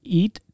eat